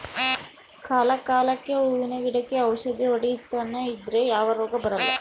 ಕಾಲ ಕಾಲಕ್ಕೆಹೂವಿನ ಗಿಡಕ್ಕೆ ಔಷಧಿ ಹೊಡಿತನೆ ಇದ್ರೆ ಯಾವ ರೋಗ ಬರಲ್ಲ